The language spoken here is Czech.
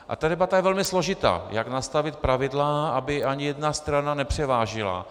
A ta debata je velmi složitá, jak nastavit pravidla, aby ani jedna strana nepřevážila.